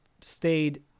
stayed